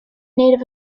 native